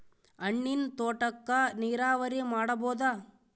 ಹಣ್ಣಿನ್ ತೋಟಕ್ಕ ನೀರಾವರಿ ಮಾಡಬೋದ?